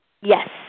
Yes